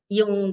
yung